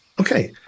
okay